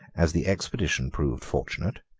as the expedition proved fortunate,